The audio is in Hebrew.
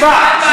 שמע,